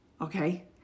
Okay